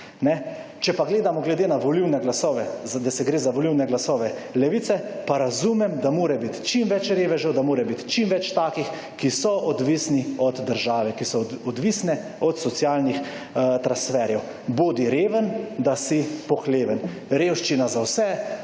Če pa gledamo glede na volilne glasovne, da se gre za volilne glasove Levice, pa razumem da mora biti čim več revežev, da mora biti čim več takih, ki so odvisni od države, ki so odvisne od socialnih transferjev. Bodi reven, da si pohleven. Revščina za vse,